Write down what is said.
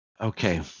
Okay